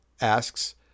asks